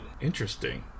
interesting